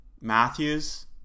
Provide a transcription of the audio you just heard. Matthews